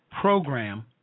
program